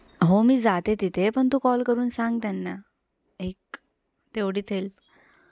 हो मी जाते तिथे पण तू कॉल करून सांग त्यांना एक तेवढीच हेल्प